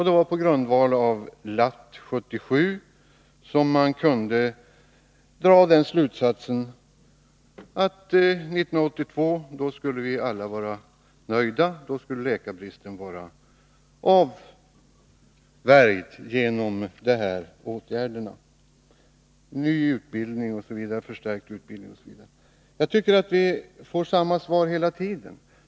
Det var på grundval av LATT 77 som man kunde dra den slutsatsen att vi alla skulle vara nöjda år 1982 och att läkarbristen då skulle vara avvärjd genom de åtgärder — ny utbildning, förstärkt utbildning osv. — som föreslogs. Vi får samma svar hela tiden.